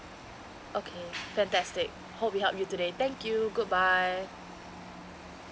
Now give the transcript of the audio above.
okay fantastic hope we help you today thank you good bye